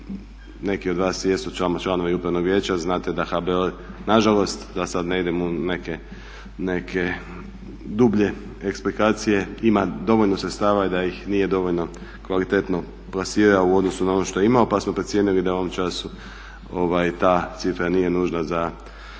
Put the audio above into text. Neki od vas jesu tamo članovi Upravnog vijeća, znate da HBOR nažalost da sad ne idem u neke dublje eksplikacije ima dovoljno sredstava i da ih nije dovoljno kvalitetno plasirao u odnosu na ono što je imao pa smo procijenili da u ovom času ta cifra nije nužna za